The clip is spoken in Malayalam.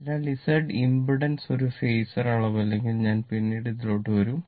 അതിനാൽ Z ഇമ്പിഡൻസ് ഒരു ഫേസർ അളവല്ലെങ്കിൽ ഞാൻ പിന്നീട് ഇതിലോട്ട് വരും